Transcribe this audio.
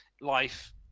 life